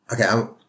okay